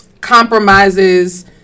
compromises